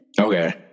Okay